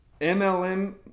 MLM